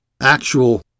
actual